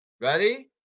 Ready